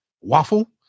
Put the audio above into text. waffle